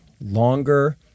longer